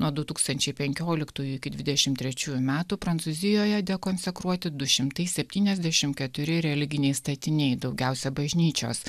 nuo du tūkstančiai penkioliktųjų iki dvidešim trečiųjų metų prancūzijoje dekonsekruoti du šimtai septyniasdešimt keturi religiniai statiniai daugiausia bažnyčios